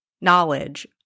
knowledge